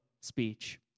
speech